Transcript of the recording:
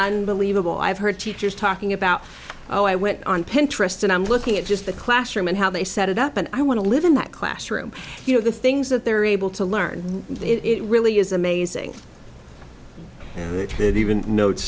unbelievable i've heard teachers talking about oh i went on pinterest and i'm looking at just the classroom and how they set it up and i want to live in that classroom you know the things that they're able to learn it really is amazing that even notes